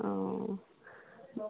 অঁ